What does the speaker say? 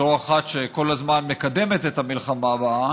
בתור אחת שכל הזמן מקדמת את המלחמה הבאה,